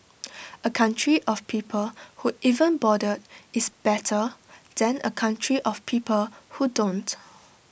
A country of people who even bother is better than A country of people who don't